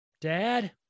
dad